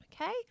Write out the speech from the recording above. Okay